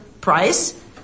price